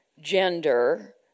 gender